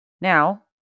Now